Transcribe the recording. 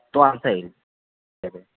तो असेल